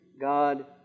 God